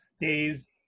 days